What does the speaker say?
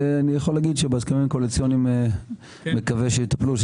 ואני יכול להגיד שבהסכמים הקואליציוניים אני מקווה שיטופלו,